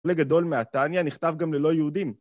חלק גדול מהתניה נכתב גם ללא יהודים.